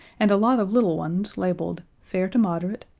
and a lot of little ones, labeled fair to moderate,